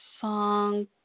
Song